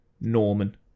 Norman